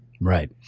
Right